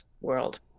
world